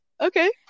okay